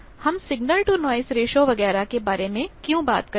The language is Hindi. हम सिग्नल टू नॉइस रेश्यो वगैरह के बारे में क्यों बात करते हैं